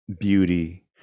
beauty